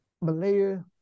Malaya